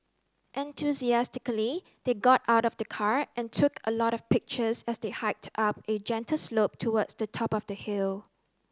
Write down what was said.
enthusiastically they got out of the car and took a lot of pictures as they hiked up a gentle slope towards the top of the hill